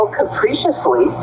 capriciously